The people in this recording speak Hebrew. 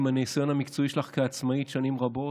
עם הניסיון המקצועי שלך כעצמאית שנים רבות,